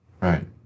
Right